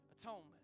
atonement